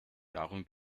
darum